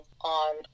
on